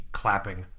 clapping